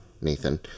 Nathan